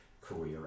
career